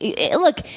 Look